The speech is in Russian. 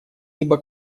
либо